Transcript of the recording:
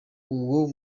uwo